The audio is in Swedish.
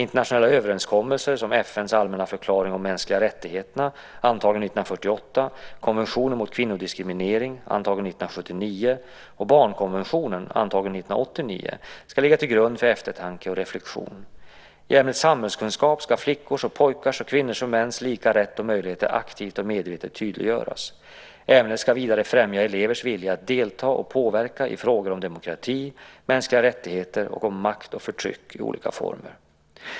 Internationella överenskommelser som FN:s allmänna förklaring om de mänskliga rättigheterna, antagen 1948, konventionen mot kvinnodiskriminering, antagen 1979, och barnkonventionen, antagen 1989, ska ligga till grund för eftertanke och reflexion. I ämnet samhällskunskap ska flickors och pojkars samt kvinnors och mäns lika rätt och möjligheter aktivt och medvetet tydliggöras. Ämnet ska vidare främja elevernas vilja att delta och påverka i frågor om demokrati, mänskliga rättigheter och om makt och förtryck i olika former.